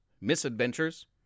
misadventures